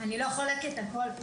אני לא חולקת על זה,